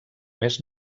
més